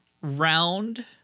round